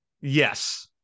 yes